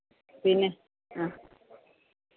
പിന്നെ ആ